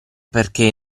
perché